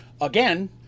again